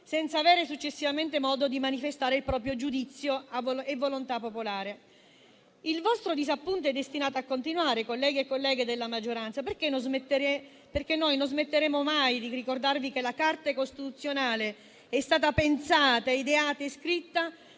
senza avere, successivamente, modo di manifestare il proprio giudizio e la volontà popolare. Il vostro disappunto è destinato a continuare, colleghi e colleghe della maggioranza, perché non smetteremo mai di ricordarvi che la Carta costituzionale è stata pensata, ideata e iscritta